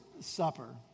Supper